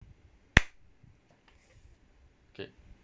okay